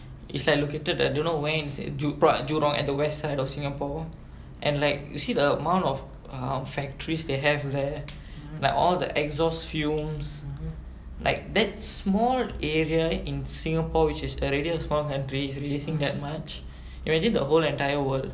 is like located at don't know where in sing ju~ jurong at the west side of singapore and like you see the amount of err factories they have there like all the exhaust fumes like that small area in singapore which is already a small country is releasing that much imagine the whole entire world